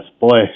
boy